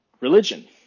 religion